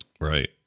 Right